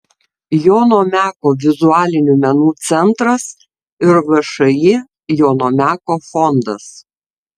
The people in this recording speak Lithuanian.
jono meko vizualinių menų centras ir všį jono meko fondas